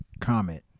comment